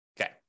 Okay